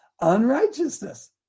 Unrighteousness